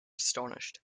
astonished